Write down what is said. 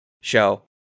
show